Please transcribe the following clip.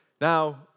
Now